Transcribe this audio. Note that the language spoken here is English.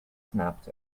snapped